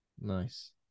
nice